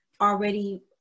already